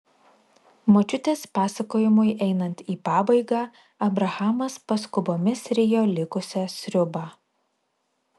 močiutės pasakojimui einant į pabaigą abrahamas paskubomis rijo likusią sriubą